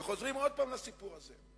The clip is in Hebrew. וחוזרים עוד פעם לסיפור הזה.